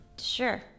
Sure